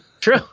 true